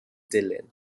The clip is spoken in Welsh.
dilyn